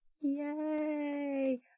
Yay